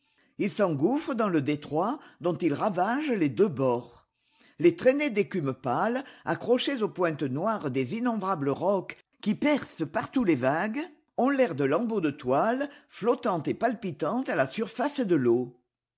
il s'engouffre dans le détroit dont il ravage les deux bords les traînées d'écume pâle accrochées aux pointes noires des innombrables rocs qui percent partout les vagues ont l'air de lambeaux de toiles flottant et palpitant à la surface de l'eau